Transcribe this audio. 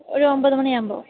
ഒരു ഒൻപത് മണിയാകുമ്പോൾ